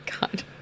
god